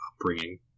upbringing